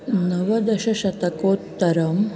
नवदशशतकोत्तरम्